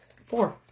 Four